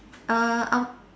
err uh